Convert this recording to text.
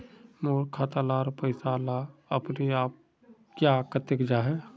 मोर खाता डार पैसा ला अपने अपने क्याँ कते जहा?